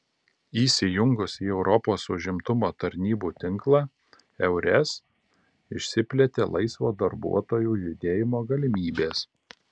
įsijungus į europos užimtumo tarnybų tinklą eures išsiplėtė laisvo darbuotojų judėjimo galimybės